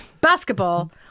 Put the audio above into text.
basketball